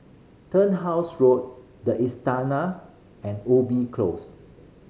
Turnhouse Road The Istana and Ubi Close